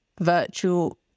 virtual